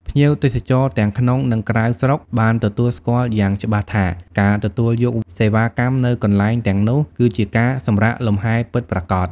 ភ្ញៀវទេសចរទាំងក្នុង និងក្រៅស្រុកបានទទួលស្គាល់យ៉ាងច្បាស់ថាការទទួលយកសេវាកម្មនៅកន្លែងទាំងនោះគឺជាការសម្រាកលំហែពិតប្រាកដ។